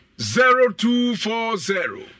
zero-two-four-zero